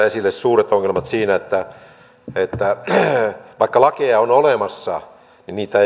esille suuria ongelmia siinä että vaikka lakeja on olemassa niin niitä